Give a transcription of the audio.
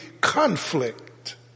conflict